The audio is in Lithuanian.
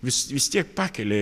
vis vis tiek pakelia